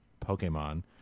Pokemon